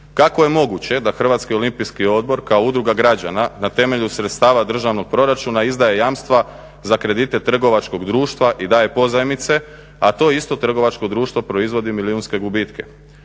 Kako je moguće da Hrvatski olimpijski odbor kao udruga građana na temelju sredstava državnog proračuna izdaje jamstva za kredite trgovačkog društva i daje pozajmice, a to isto trgovačko društvo proizvodi milijunske gubitke?